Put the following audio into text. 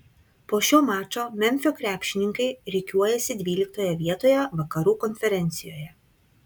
po šio mačo memfio krepšininkai rikiuojasi dvyliktoje vietoje vakarų konferencijoje